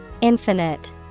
Infinite